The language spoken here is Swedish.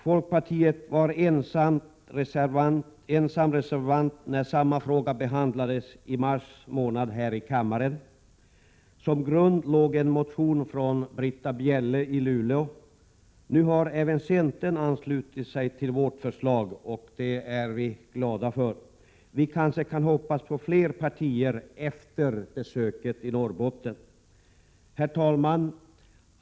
Folkpartiets ledamöter var enda reservanter när samma fråga behandlades i mars här i kammaren. Som grund låg en motion från Britta Bjelle i Luleå. Nu har även centern anslutit sig, och det är vi glada för. Vi kanske kan hoppas på fler partier efter besöket i Norrbotten. 141 Herr talman!